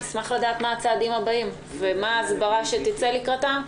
נשמח לדעת מה הצעדים הבאים ומה ההסברה שתצא לקראתם.